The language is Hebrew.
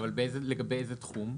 לגבי איזה תחום?